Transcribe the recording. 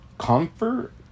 Comfort